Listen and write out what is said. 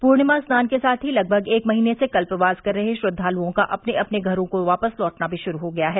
पूर्णिमा स्नान के साथ ही लगभग एक महीने से कल्पवास कर रहे श्रद्वालुओं का अपने अपने घरो को वापस लौटना भी शुरू हो गया है